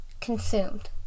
consumed